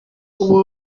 ubu